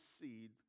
seed